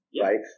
Right